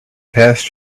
passed